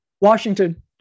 Washington